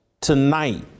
tonight